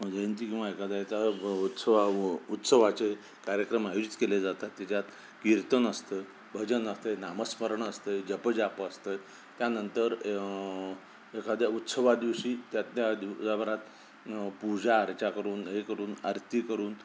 जयंती किंवा एखाद्याचा उत्सवा उत्सवाचे कार्यक्रम आयोजित केले जातात त्याच्यात कीर्तन असतं भजन असतं नामस्मरण असतं जपजापं असतं त्यानंतर एखाद्या उत्सवादिवशी त्या त्या दिवाभरात पूजाअर्चा करून हे करून आरती करून